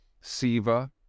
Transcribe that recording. Siva